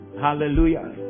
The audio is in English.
Hallelujah